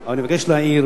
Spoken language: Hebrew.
אבל אני מבקש להעיר